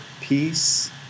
peace